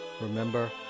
remember